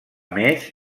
més